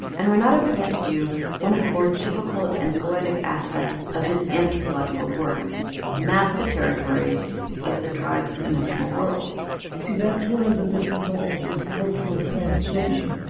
and renato began to do one of the more difficult and poetic aspects of his anthropological work map of the territory of the tribe's emotional world see, that's one of the difficulties with cultural translation.